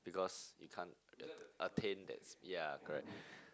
because you can't att~ attain that s~ yeah correct